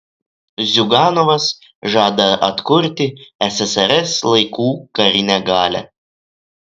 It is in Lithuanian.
ziuganovas žada atkurti ssrs laikų karinę galią